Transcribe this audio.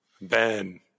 Ben